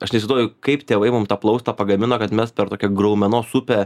aš neįsivaizduoju kaip tėvai mum tą plaustą pagamino kad mes per tokią graumenos upę